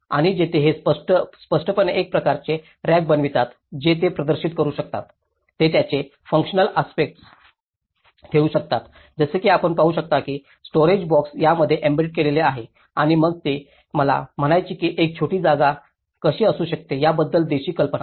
आणि येथे हे स्पष्टपणे एक प्रकारचे रॅक बनवतात जे ते प्रदर्शित करू शकतात ते त्यांचे फुन्कशनल आस्पेक्टस ठेवू शकतात जसे की आपण पाहू शकता की स्टोरेज बॉक्स त्यामध्ये एम्बेड केलेले आहेत आणि मग ते मला म्हणायचे की एक छोटी जागा कशी असू शकते याबद्दल देशी कल्पना